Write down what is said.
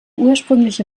ursprüngliche